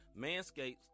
Manscaped